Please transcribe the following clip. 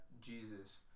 Jesus